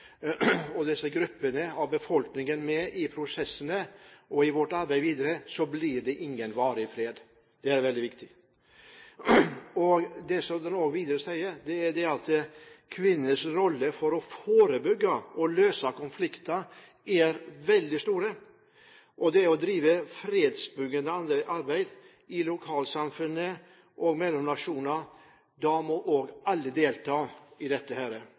og disse gruppene i befolkningen med i prosessene og i arbeidet videre, så blir det ingen varig fred. Det er veldig viktig. Det resolusjonen videre sier, er at kvinners rolle for å forebygge og løse konflikter, er veldig viktig. Alle må delta i det å drive fredsbyggende arbeid i lokalsamfunn og mellom nasjoner. Vi vet at kvinnene utgjør over halvparten av verdens befolkning, og i